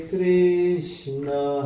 Krishna